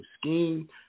scheme